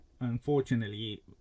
unfortunately